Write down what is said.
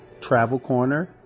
travelcorner